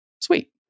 Sweet